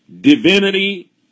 divinity